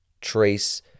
trace